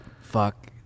Fuck